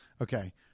Okay